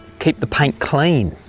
keep the paint clean,